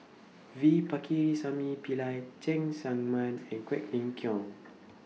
V Pakirisamy Pillai Cheng Tsang Man and Quek Ling Kiong